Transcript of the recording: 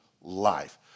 life